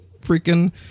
freaking